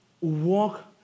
walk